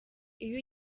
iyo